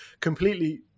completely